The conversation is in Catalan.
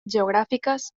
geogràfiques